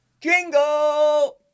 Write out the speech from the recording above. Jingle